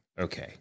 Okay